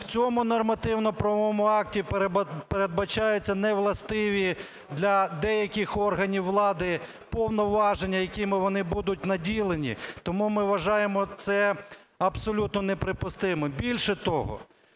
В цьому нормативно-правовому акті передбачаються не властиві для деяких органів влади повноваження, якими вони будуть наділені. Тому, ми вважаємо, це абсолютно неприпустимо. Більше того,